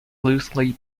loosely